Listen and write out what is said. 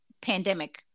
pandemic